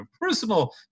personal